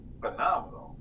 phenomenal